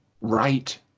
right